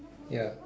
ya